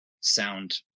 sound